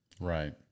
Right